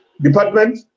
Department